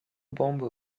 bomber